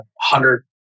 hundred